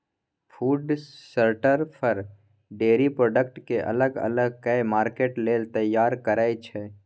food sorter for, dairy product केँ अलग अलग कए मार्केट लेल तैयार करय छै